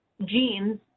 genes